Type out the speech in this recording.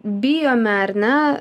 bijome ar ne